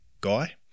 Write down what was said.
guy